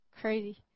Crazy